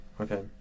Okay